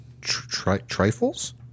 trifles